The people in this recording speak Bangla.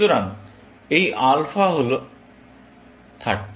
সুতরাং এই আলফা হল 30